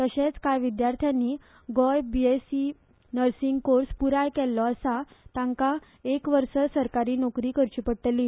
तशेंच ज्या विद्यार्थ्यांनी गोंय बिएससी नसींग कोर्स पुराय केल्लो आसा तांकां एक वर्स सरकारी नोकरी करची पडटली